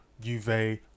Juve